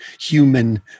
human